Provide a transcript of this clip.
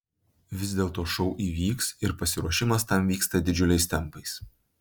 vis dėlto šou įvyks ir pasiruošimas tam vyksta didžiuliais tempais